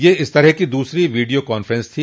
यह इस तरह की दूसरी वीडियो कॉफ्रेंस थी